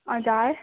हजुर